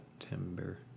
September